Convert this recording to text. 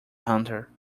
hunter